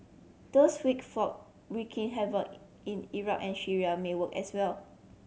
those wick folk wreaking havoc in Iraq and Syria may work as well